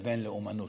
לבין לאומנות.